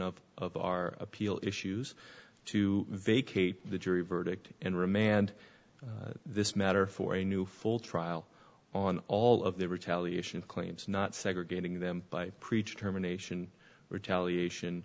of of our appeal issues to vacate the jury verdict and remand this matter for a new full trial on all of the retaliation claims not segregating them by preached terminations retaliation